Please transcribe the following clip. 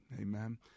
Amen